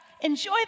enjoy